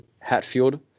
Hatfield